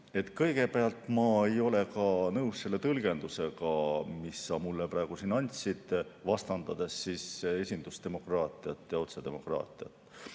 Kõigepealt, ma ei ole nõus selle tõlgendusega, mis sa praegu mulle siin andsid, vastandades esindusdemokraatiat ja otsedemokraatiat.